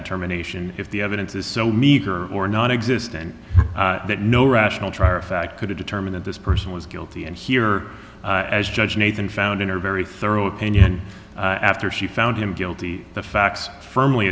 determination if the evidence is so meager or non existent that no rational trier of fact could to determine that this person was guilty and here as judge nathan found in her very thorough opinion after she found him guilty the facts firmly